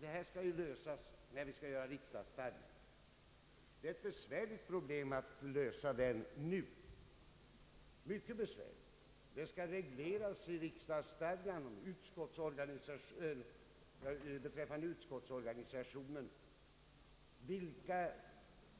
Det här skall ju lösas när vi fastställer riksdagsstadgan. Det är ett mycket besvärligt problem att göra upp den. Vad beträffar utskottsorganisationen så skall ju fördelningen av